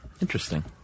Interesting